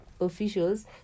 officials